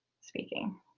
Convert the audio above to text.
speaking